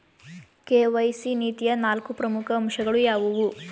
KYC ನೀತಿಯ ನಾಲ್ಕು ಪ್ರಮುಖ ಅಂಶಗಳು ಯಾವುವು?